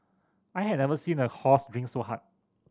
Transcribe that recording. I had never seen a horse drink so hard